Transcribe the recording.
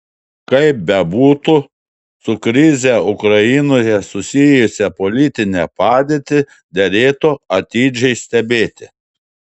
kaip bebūtų su krize ukrainoje susijusią politinę padėtį derėtų atidžiai stebėti